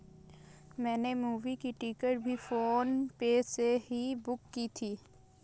मैंने मूवी की टिकट भी फोन पे से ही बुक की थी